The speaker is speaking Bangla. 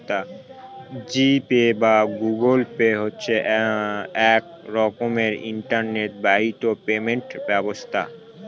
জি পে বা গুগল পে হচ্ছে এক রকমের ইন্টারনেট বাহিত পেমেন্ট ব্যবস্থা